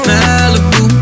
Malibu